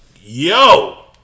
yo